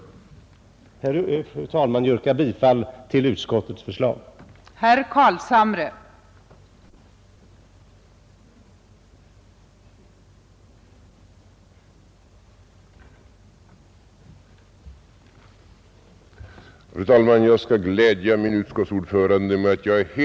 Fru talman, jag yrkar bifall till utskottets hemställan.